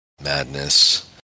madness